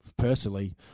Personally